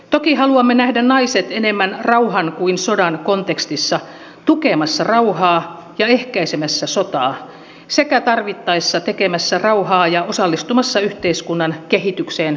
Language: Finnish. toki haluamme nähdä naiset enemmän rauhan kuin sodan kontekstissa tukemassa rauhaa ja ehkäisemässä sotaa sekä tarvittaessa tekemässä rauhaa ja osallistumassa yhteiskunnan kehitykseen konfliktin jälkeen